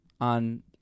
on